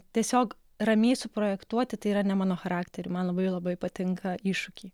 tiesiog ramiai suprojektuoti tai yra ne mano charakteriui man labai labai patinka iššūkiai